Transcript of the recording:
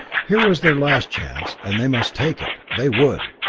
here was their last chance and they must take it they would!